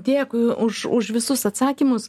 dėkui už už visus atsakymus